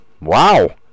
wow